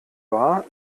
war